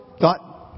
thought